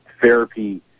therapy